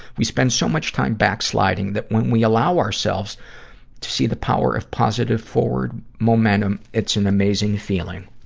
we spend so much time backsliding that when we allow ourselves to see the power of positive forward momentum, it's an amazing feeling.